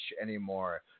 anymore